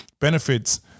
benefits